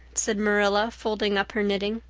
said marilla, folding up her knitting.